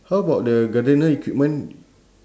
how about the gardener equipment